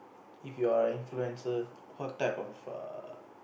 if you are an influencer what type of err